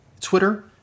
Twitter